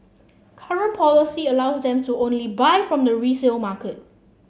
current policy allows them to only buy from the resale